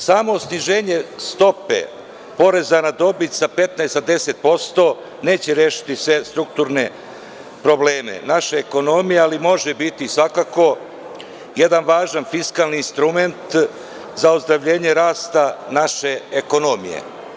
Samo sniženje stope poreza na dobit sa 15 na 10% neće rešiti strukturne probleme naše ekonomije, ali može biti svakako jedan važan fiskalni instrument za ozdravljenje rasta naše ekonomije.